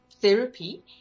therapy